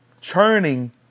churning